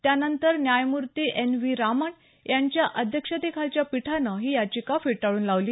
त्यानंतर न्यायमूर्ती N V Ramana यांच्या अध्यक्षतेखालच्या पीठानं ही याचिका फेटाळून लावली